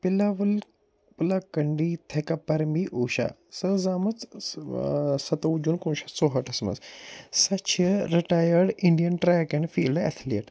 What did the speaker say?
پرمی اوشا سۄ ٲسۍ زٲمٕژ ستووُہ جوٗن کُنہٕ وُہ شَتھ ژُہٲٹھَس منٛز سۄ چھِ retired Indian track and field athlete